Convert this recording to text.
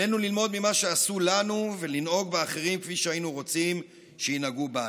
עלינו ללמוד ממה שעשו לנו ולנהוג באחרים כפי שהיינו רוצים שינהגו בנו.